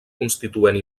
constituent